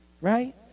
Right